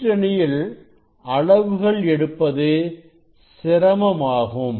கீற்றணியில் அளவுகள் எடுப்பது சிரமமாகும்